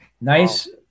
Nice